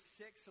six